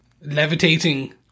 Levitating